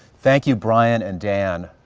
thank you, brian and dan.